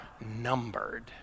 numbered